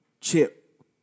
chip